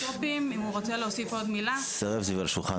הטכנולוגים הרפואיים